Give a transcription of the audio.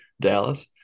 Dallas